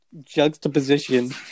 juxtaposition